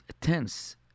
tense